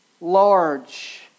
Large